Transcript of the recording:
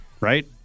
right